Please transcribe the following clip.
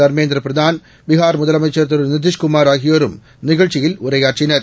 தர்மேந்திரபிரதான் பீகார்முதலமைச்சர்நிதிஷ்குமார்ஆகியோரும்நிகழ்ச்சியில் உரையாற்றினர்